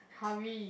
hurry